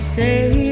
say